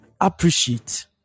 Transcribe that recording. appreciate